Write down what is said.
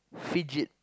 fidget